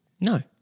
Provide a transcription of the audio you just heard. No